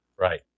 Right